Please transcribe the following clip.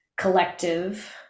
collective